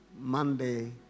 Monday